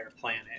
planet